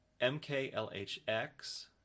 MKLHX